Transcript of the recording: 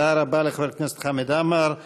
תודה רבה לחבר הכנסת חמד עמאר.